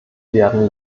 werden